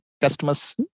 customers